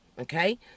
Okay